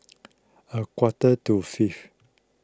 a quarter to five